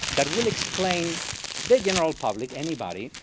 that will explain the general public, anybody,